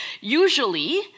Usually